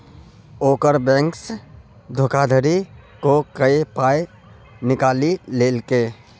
ओकर बैंकसँ धोखाधड़ी क कए पाय निकालि लेलकै